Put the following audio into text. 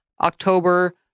October